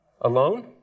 alone